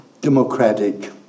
democratic